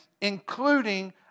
including